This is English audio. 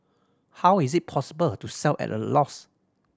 how is it possible to sell at a loss